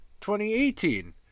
2018